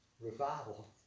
revival